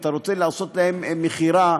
אתה רוצה לעשות להם מכירה.